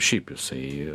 šiaip jisai